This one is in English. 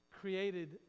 created